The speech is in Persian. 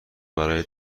برای